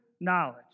knowledge